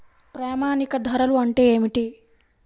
ప్రామాణిక ధరలు అంటే ఏమిటీ?